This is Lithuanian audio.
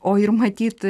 o ir matyt